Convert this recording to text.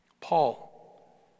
Paul